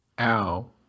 Ow